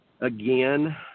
again